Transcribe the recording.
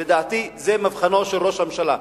לדעתי זה מבחנו של ראש הממשלה.